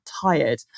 tired